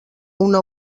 una